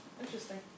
Interesting